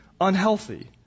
unhealthy